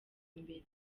mbere